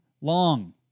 long